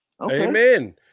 Amen